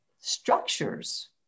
structures